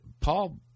Paul